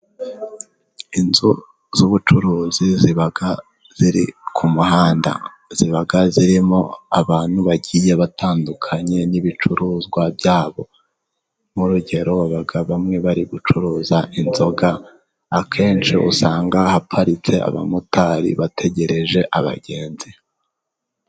Inzu z'ubucuruzi ziba ziri ku muhanda, ziba zirimo abantu bagiye batandukanye, n'ibicuruzwa byabo, nk'urugero abagabo bamwe bari gucuruza inzoga, akenshi usanga haparitse abamotari, bategereje abagenzi.